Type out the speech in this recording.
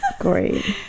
Great